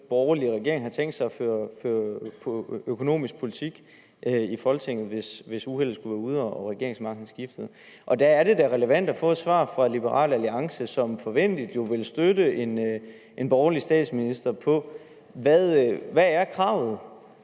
borgerlig regering har tænkt sig at føre økonomisk politik i Folketinget, hvis uheldet skulle være ude og regeringsmagten skulle skifte. Der er det da relevant at få et svar fra Liberal Alliance, som jo forventeligt vil støtte en borgerlig statsminister. Hvad er kravet?